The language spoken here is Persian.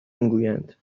میگویند